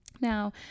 now